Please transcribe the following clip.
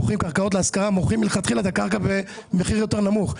מוכרים את הקרקע מלכתחילה במחיר יותר נמוך,